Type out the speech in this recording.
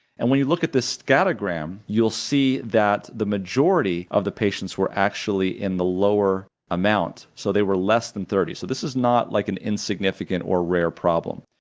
and when you look at this scattergram, you'll see that the majority of the patients were actually in the lower amount, so they were less than thirty. so this is not like an insignificant or rare problem.